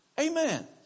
Amen